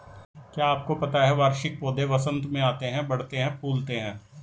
क्या आपको पता है वार्षिक पौधे वसंत में आते हैं, बढ़ते हैं, फूलते हैं?